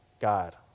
God